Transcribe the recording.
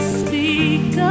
speak